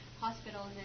hospitals